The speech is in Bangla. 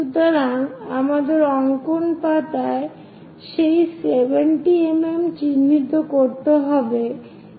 সুতরাং আমাদের অঙ্কন পাতায় সেই 70 mm চিহ্নিত করতে হবে